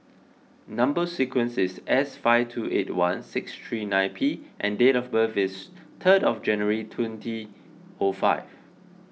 Number Sequence is S five two eight one six three nine P and date of birth is third of January twenty O five